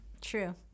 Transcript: true